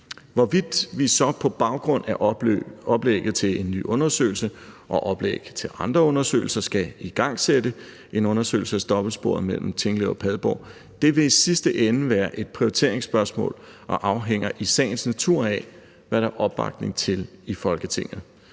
Hvorvidt vi så på baggrund af oplægget til en ny undersøgelse og oplæg til andre undersøgelser skal igangsætte en undersøgelse af dobbeltsporet mellem Tinglev og Padborg, vil i sidste ende være et prioriteringsspørgsmål og afhænger i sagens natur af, hvad der er opbakning til i Folketinget.